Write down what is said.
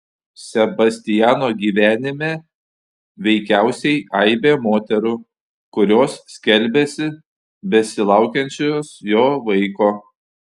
sebastiano gyvenime veikiausiai aibė moterų kurios skelbiasi besilaukiančios jo vaiko